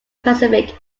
pacific